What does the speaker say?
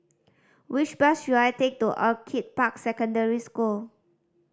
which bus should I take to Orchid Park Secondary School